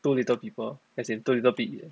too little people as in little pe~